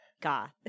Goth